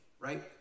right